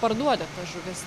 parduodat tas žuvis